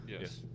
Yes